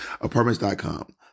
Apartments.com